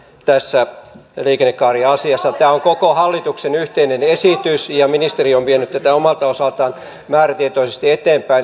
tässä liikennekaariasiassa tämä on koko hallituksen yhteinen esitys ja ministeri on vienyt tätä omalta osaltaan määrätietoisesti eteenpäin